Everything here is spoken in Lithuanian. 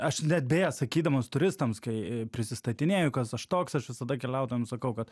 aš net beje sakydamas turistams kai prisistatinėju kas aš toks aš visada keliautojam sakau kad